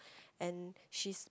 and she's